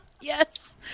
Yes